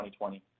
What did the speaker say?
2020